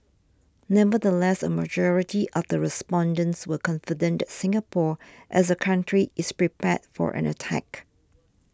nevertheless a majority of the respondents were confident that Singapore as a country is prepared for an attack